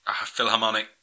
Philharmonic